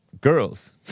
girls